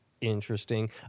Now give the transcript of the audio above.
interesting